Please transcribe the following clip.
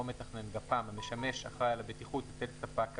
או מתכנן המשמש אחראי על הבטיחות של ספק הגז",